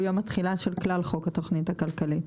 יום התחילה של כלל חוק התוכנית הכלכלית.